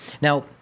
Now